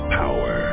power